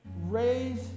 Raise